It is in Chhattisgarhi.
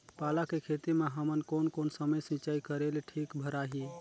पाला के खेती मां हमन कोन कोन समय सिंचाई करेले ठीक भराही?